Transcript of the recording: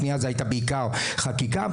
הפנייה הייתה בעיקר חקיקה.